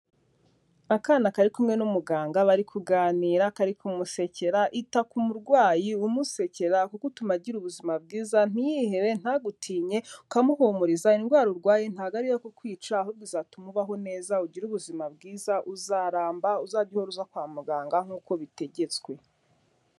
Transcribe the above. Akana kari kumwe n'umuganga bari kuganira, kari kumusekera, ita ku umurwayi umusekera kuko utuma agira ubuzima bwiza, ntiyihebe, ntagutinye, ukamuhumuriza, indwara urwaye ntabwo ari iyo kukwica, ahubwo izatuma ubaho neza, ugire ubuzima bwiza, uzaramba, uzajye uhora uza kwa muganga nk'uko bitegetswe.